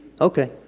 Okay